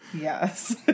Yes